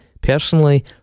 personally